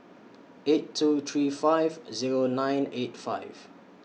eight two three five Zero nine eight five